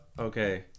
okay